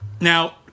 Now